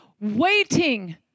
waiting